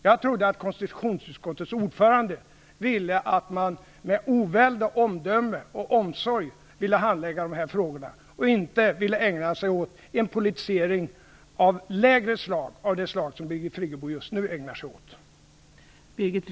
Jag trodde att konstitutionsutskottets ordförande ville att man skulle handlägga de här frågorna med oväld, omdöme och omsorg och inte ägna sig åt en politisering av lägre slag såsom Birgit Friggebo just nu gör.